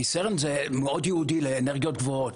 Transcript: כי CERN זה ייעודי לאנרגיות גבוהות,